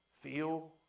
feel